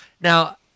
Now